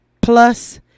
plus